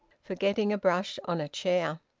forgetting a brush on a chair.